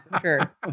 sure